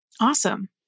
Awesome